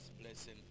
blessing